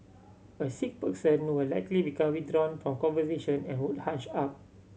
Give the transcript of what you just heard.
a sick person will likely become withdrawn from conversation and would hunch up